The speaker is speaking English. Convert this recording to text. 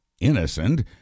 innocent